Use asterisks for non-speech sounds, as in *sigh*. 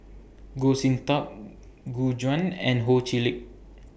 Goh Sin Tub *noise* Gu Juan and Ho Chee Lick